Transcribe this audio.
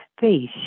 face